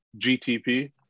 GTP